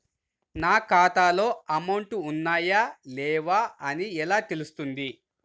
నా ఖాతాలో అమౌంట్ ఉన్నాయా లేవా అని ఎలా తెలుస్తుంది?